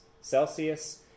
celsius